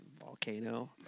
volcano